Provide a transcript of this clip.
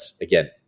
again